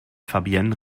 fabienne